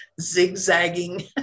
zigzagging